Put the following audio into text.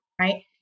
right